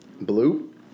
Blue